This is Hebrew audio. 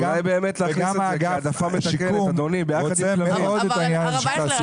גם אגף השיקום רוצה מאוד את עניין התעסוקה.